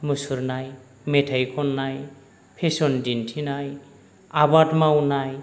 मुसुरनाय मेथाय खननाय फेशन दिन्थिनाय आबाद मावनाय